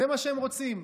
זה מה שהם רוצים.